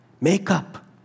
Makeup